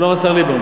שלום, השר ליברמן.